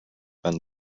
been